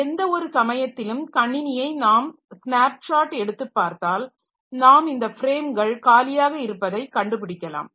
எந்த ஒரு சமயத்திலும் கணினியை நாம் ஸ்னாப் ஷாட் எடுத்துப்பார்த்தால் நாம் இந்த ஃப்ரேம்கள் காலியாக இருப்பதை கண்டு பிடிக்கலாம்